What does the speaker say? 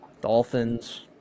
Dolphins